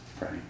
right